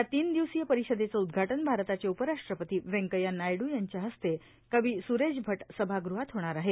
या तीन दिवसीय परिषदेचं उद्घाटन भारताचे उपराष्ट्रपती वेंकय्या नायडू यांच्या हस्ते कवी सुरेश भट सभागृहात होणार आहे